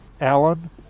Alan